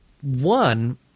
one